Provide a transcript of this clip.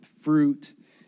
fruit